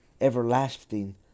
everlasting